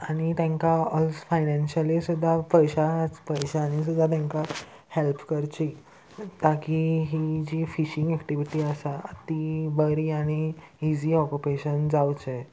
आनी तेंकां also financially सुद्दां पयशांच पयशांनी सुद्दां तेंकां हॅल्प करची ताकी ही जी फिशींग एक्टिविटी आसा ती बरी आनी इजी ऑक्युपेशन जावचें